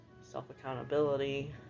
self-accountability